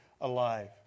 alive